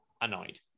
annoyed